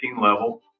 level